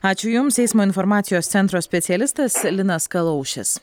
ačiū jums eismo informacijos centro specialistas linas kalaušis